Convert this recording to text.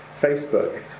Facebook